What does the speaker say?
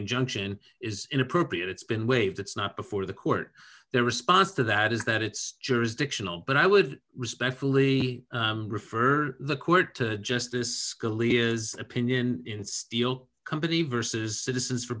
injunction is inappropriate it's been waived it's not before the court their response to that is that it's jurisdictional but i would respectfully refer the court to justice scalia's opinion in steel company versus citizens for